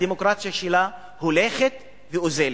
הדמוקרטיה שלה הולכת ואוזלת.